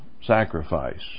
sacrifice